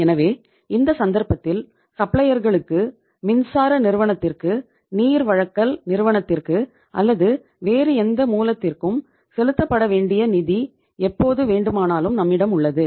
எனவே இந்த சந்தர்ப்பத்தில் சப்ளையர்களுக்கு மின்சார நிறுவனத்திற்கு நீர் வழங்கல் நிறுவனத்திற்கு அல்லது வேறு எந்த மூலத்திற்கும் செலுத்தப்பட வேண்டிய நிதி எப்போது வேண்டுமானாலும் நம்மிடம் உள்ளது